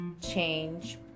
change